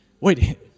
wait